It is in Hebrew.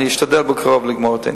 ואני אשתדל בקרוב לגמור את העניין.